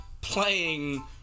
playing